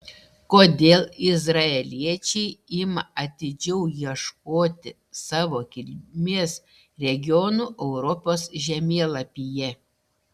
kodėl izraeliečiai ima atidžiau ieškoti savo kilmės regionų europos žemėlapyje